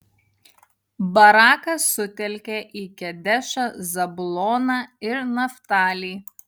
barakas sutelkė į kedešą zabuloną ir naftalį